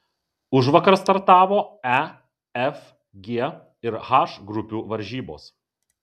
užvakar startavo e f g ir h grupių varžybos